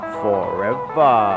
forever